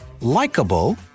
likable